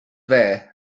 there